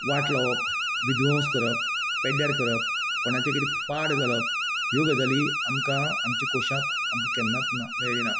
वाट लावप विद्वंस करप पेड्ड्यार करप कोणाचे कितें पाड घालप ह्यो गजाली आमकां आमच्या कोशांत आमकां केन्नाच ना मेळ्ळें ना